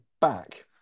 back